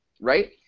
right